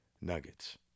nuggets